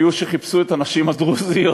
היו שחיפשו את הנשים הדרוזיות,